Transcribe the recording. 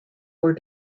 were